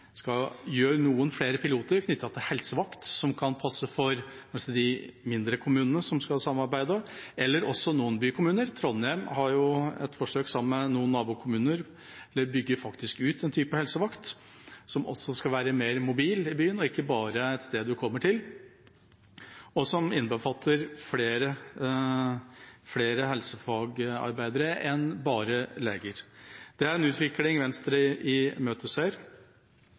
gjøre noen flere piloter knyttet til helsevakt, som kan passe for de mindre kommunene som skal samarbeide, eller også for noen bykommuner. Trondheim har et forsøk sammen med noen nabokommuner, de bygger faktisk ut en type helsevakt som skal være mer mobil i byen, ikke bare et sted man kommer til, og som innbefatter flere helsefagarbeidere enn bare leger. Det er en utvikling Venstre imøteser.